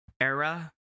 era